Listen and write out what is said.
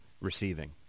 receiving